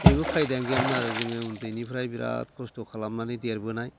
जेबो खायदायानो गैयामोन आरो जोङो उन्दैनिफ्राय बिराद खस्थ' खालामनानै देरबोनाय